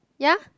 ya